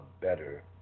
better